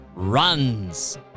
runs